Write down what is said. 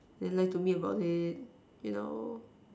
then lie to me about it you know